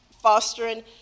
Fostering